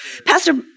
Pastor